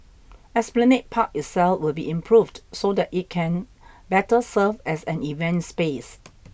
Esplanade Park itself will be improved so that it can better serve as an event space